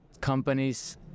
companies